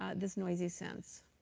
ah this noisy sense.